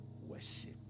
worship